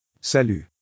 Salut